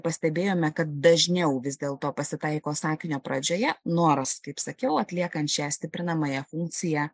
pastebėjome kad dažniau vis dėlto pasitaiko sakinio pradžioje nors kaip sakiau atliekant šią stiprinamąją funkciją